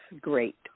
great